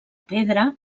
pedra